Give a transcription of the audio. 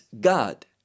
god